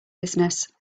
business